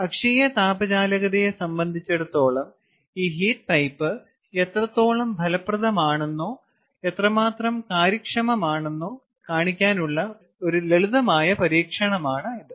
അക്ഷീയ താപചാലകതയെ സംബന്ധിച്ചിടത്തോളം ഈ ഹീറ്റ് പൈപ്പ് എത്രത്തോളം ഫലപ്രദമാണെന്നോ എത്രമാത്രം കാര്യക്ഷമമാണെന്നോ കാണിക്കാനുള്ള ഒരു ലളിതമായ പരീക്ഷണമാണ് ഇത്